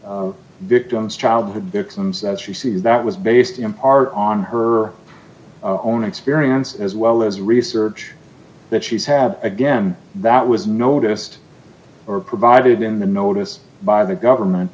of victims childhood becomes that she sees that was based in part on her own experience as well as research that she's had again that was noticed or provided in the notice by the government